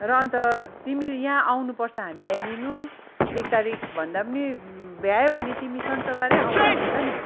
र अन्त तिमी यहाँ आउनुपर्छ हामीलाई लिन एक तारिक भन्दा पनि नि भ्यायो भने तिमी शनिबारै आउँदा हुन्छ नि